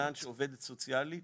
אנחנו גם השלמנו את קליטתם של שני